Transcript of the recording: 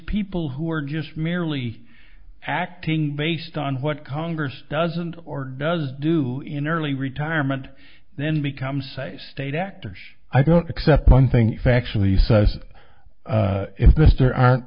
people who are just merely acting based on what congress doesn't or does do you know early retirement then becomes a state actors i don't accept one thing factually says this there aren't